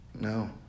No